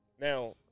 now